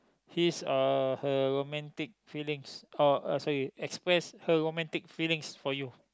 his uh her romantic feelings or a uh sorry express her romantic feelings for you